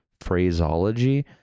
phraseology